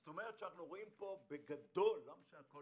זאת אומרת שאנחנו רואים פה בגדול אין שאלה,